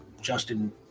Justin